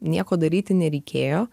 nieko daryti nereikėjo